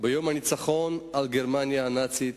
ביום הניצחון על גרמניה הנאצית